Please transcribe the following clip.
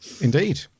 Indeed